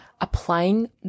applying